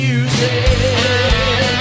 Music